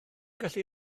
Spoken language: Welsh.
gallu